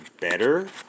better